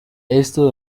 esto